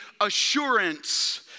assurance